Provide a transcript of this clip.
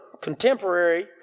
contemporary